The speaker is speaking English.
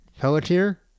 Pelletier